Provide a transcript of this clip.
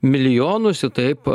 milijonus ir taip